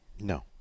No